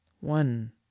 One